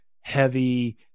heavy